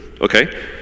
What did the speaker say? okay